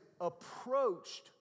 approached